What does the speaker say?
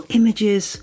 images